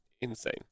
insane